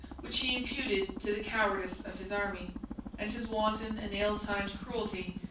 which he imputed to the cowardice of his army and his wanton and ill-timed cruelty,